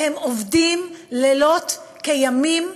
והם עובדים לילות כימים,